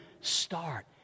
start